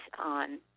on